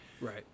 Right